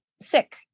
sick